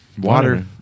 Water